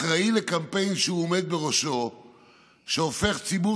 אחראי לקמפיין שהוא עומד בראשו שהופך ציבור